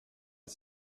les